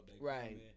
right